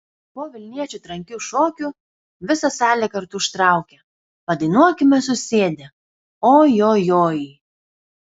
po vilniečių trankių šokių visa salė kartu užtraukė padainuokime susėdę o jo joj